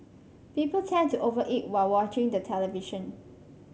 people tend to over eat while watching the television